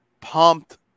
Pumped